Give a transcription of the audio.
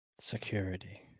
Security